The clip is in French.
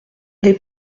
des